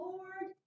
Lord